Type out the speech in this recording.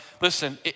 Listen